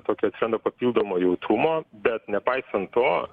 tokio atsiranda papildomo jautrumo bet nepaisant to